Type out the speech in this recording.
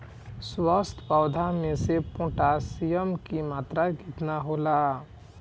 स्वस्थ पौधा मे पोटासियम कि मात्रा कितना होला?